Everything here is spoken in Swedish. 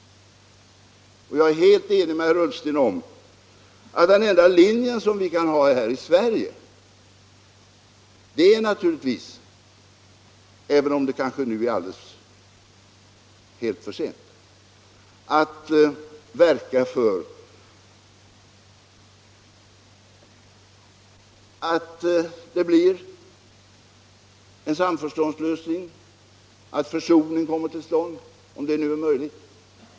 Jag är helt enig med herr Ullsten om att den enda linje som vi kan ha här i Sverige naturligtvis är — även om det kanske nu är alldeles för sent — att verka för att det blir en samförståndslösning, att försoning kommer till stånd om det nu är möjligt.